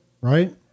right